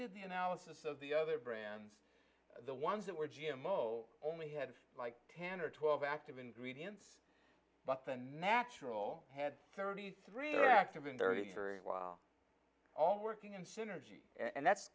did the analysis of the other brands the ones that were g m o only had like ten or twelve active ingredients but the natural had thirty three active in very very well all working in synergy and that's